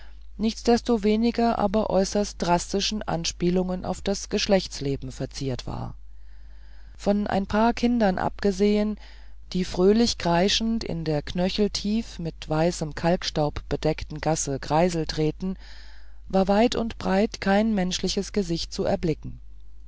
nichtsdestoweniger aber äußerst drastischen anspielungen auf das geschlechtsleben verziert war von ein paar kindern abgesehen die fröhlich kreischend in der knöcheltief mit weißem kalkstaub bedeckten gasse kreisel drehten war weit und breit kein menschliches gesicht zu erblicken